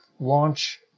launch